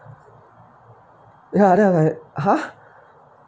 ya then I !huh!